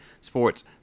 sports